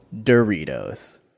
doritos